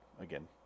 again